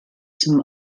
zum